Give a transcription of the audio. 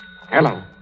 Hello